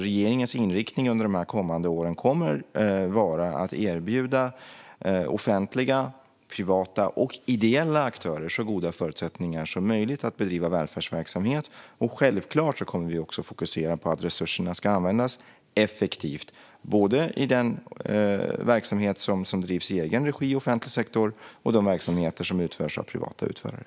Regeringens inriktning under de kommande åren kommer att vara att erbjuda offentliga, privata och ideella aktörer så goda förutsättningar som möjligt att bedriva välfärdsverksamhet. Självfallet kommer vi också att fokusera på att resurserna ska användas effektivt, både i den verksamhet som bedrivs i egen regi inom offentlig sektor och i de verksamheter som bedrivs av privata utförare.